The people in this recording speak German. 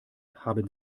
haben